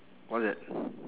what's that